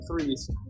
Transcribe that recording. threes